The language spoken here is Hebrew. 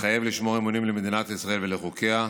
מתחייב לשמור אמונים למדינת ישראל ולחוקיה,